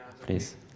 please